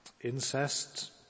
incest